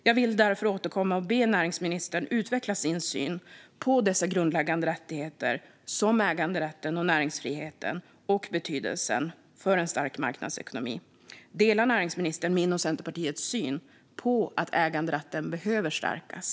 Jag vill därför återkomma och be näringsministern utveckla sin syn på dessa grundläggande rättigheter, som äganderätten och näringsfriheten, och deras betydelse för en stark marknadsekonomi. Delar näringsministern min och Centerpartiets syn att äganderätten behöver stärkas?